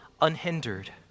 unhindered